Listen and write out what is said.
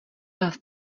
nás